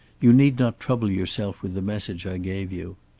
you need not trouble yourself with the message i gave you.